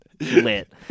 lit